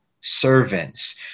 servants